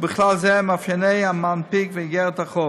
ובכלל זה מאפייני המנפיק ואיגרת החוב.